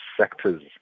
sectors